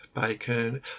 Bacon